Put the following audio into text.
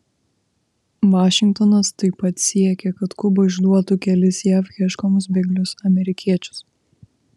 vašingtonas taip pat siekia kad kuba išduotų kelis jav ieškomus bėglius amerikiečius